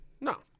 No